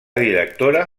directora